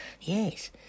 Yes